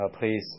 please